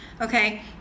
okay